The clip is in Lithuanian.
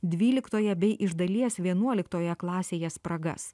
dvyliktoje bei iš dalies vienuoliktoje klasėje spragas